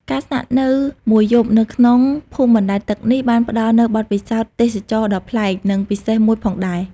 ការស្នាក់នៅមួយយប់នៅក្នុងភូមិបណ្ដែតទឹកនេះ បានផ្ដល់នូវបទពិសោធន៍ទេសចរណ៍ដ៏ប្លែក និងពិសេសមួយផងដែរ។